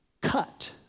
cut